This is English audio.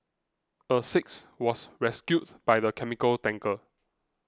a sixth was rescued by the chemical tanker